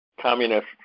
Communists